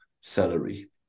salary